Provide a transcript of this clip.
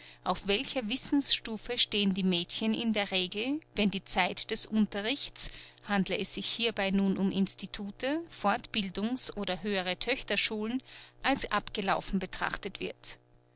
auf welcher wissensstufe stehen die mädchen in der regel wenn die zeit des unterrichts handle es sich hierbei nun um institute fortbildungs oder höhere töchterschulen als abgelaufen betrachtet wird